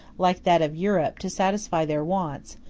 like that of europe, to satisfy their wants,